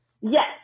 Yes